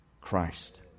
Christ